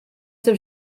seu